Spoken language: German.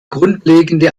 grundlegende